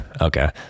Okay